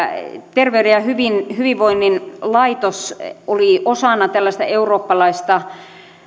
terveyden ja hyvinvoinnin laitos oli osana tällaista eurooppalaista